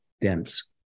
dense